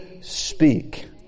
speak